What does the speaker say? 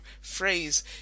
phrase